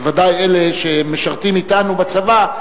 בוודאי אלה שמשרתים אתנו בצבא.